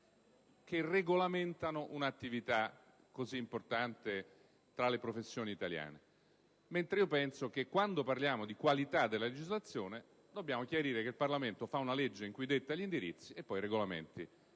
che regolamentano un'attività così importante tra le professioni italiane. Io penso invece che, quando parliamo di qualità della legislazione, dobbiamo chiarire che il Parlamento fa una legge in cui detta gli indirizzi, ma non